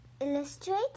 illustrated